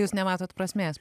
jūs nematot prasmės